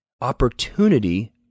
opportunity